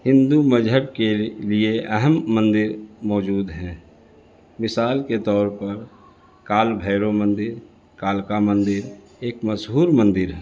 ہندو مذہب کے لیے اہم مندر موجود ہیں مثال کے طور پر کال بھیرو مندر کالکا مندر ایک مشہور مندر ہے